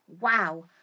Wow